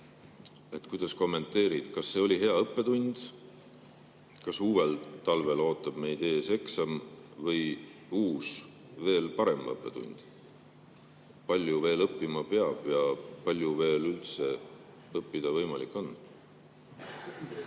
Kuidas kommenteerid: kas see oli hea õppetund? Kas uuel talvel ootab meid ees eksam või uus, veel parem õppetund? Palju veel õppima peab ja palju veel üldse õppida võimalik on?